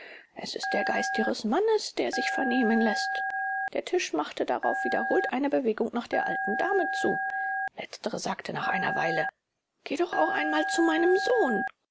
es ist der geist ihres mannes der sich vernehmen läßt der tisch machte darauf wiederholt eine bewegung nach der alten dame zu letztere sagte nach einer weile gehe doch auch einmal zu meinem sohn